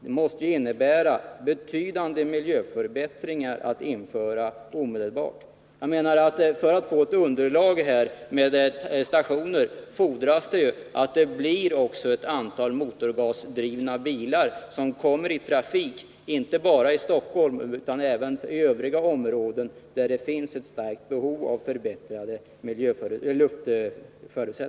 Detta måste ju innebära betydande miljöförbättringar och alltså motivera ett omedelbart införande. För att få flera motorgasstationer fordras det ju dessutom att det finns ett underlag med ett tillräckligt antal motorgasdrivna bilar som är i trafik, inte bara i Stockholm utan även i övriga områden där det finns ett starkt behov av förbättrad luft.